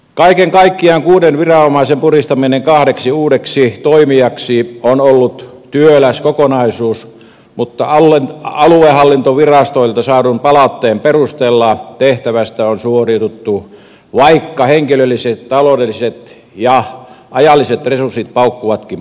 kaiken kaikkiaan kuuden viranomaisen puristaminen kahdeksi uudeksi toimijaksi on ollut työläs kokonaisuus mutta aluehallintovirastoilta saadun palautteen perusteella tehtävästä on suoriuduttu vaikka henkilölliset taloudelliset ja ajalliset resurssit paukkuvatkin pahasti